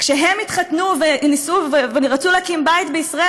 כשהם נישאו ורצו להקים בית בישראל,